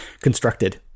constructed